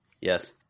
Yes